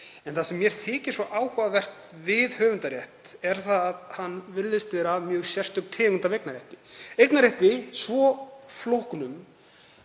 En það sem mér þykir svo áhugavert við höfundarétt er að hann virðist vera mjög sérstök tegund af eignarrétti, svo flóknum